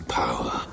power